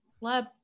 lab